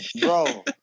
bro